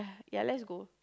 ya let's go